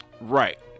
Right